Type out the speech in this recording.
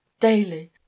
daily